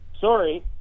Sorry